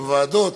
בוועדות,